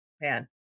Man